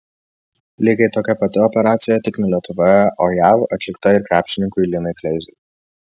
lygiai tokia pati operacija tik ne lietuvoje o jav atlikta ir krepšininkui linui kleizai